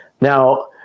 Now